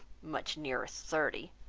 much nearer thirty,